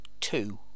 two